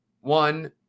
One